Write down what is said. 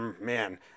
man